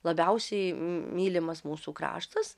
labiausiai mylimas mūsų kraštas